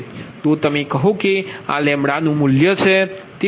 તો તમે કહો કે આ નુ મૂલ્ય છે